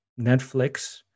Netflix